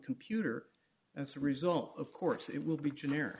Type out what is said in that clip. computer as a result of course it will be generic